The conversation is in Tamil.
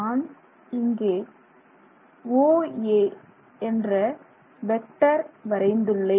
நான் இங்கே OA என்ற வெக்டர் வரைந்துள்ளேன்